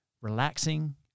relaxing